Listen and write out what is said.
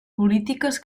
polítiques